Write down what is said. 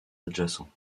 adjacents